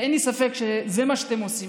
ואין לי ספק שזה מה שאתם עושים,